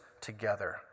together